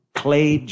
clay